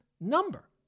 number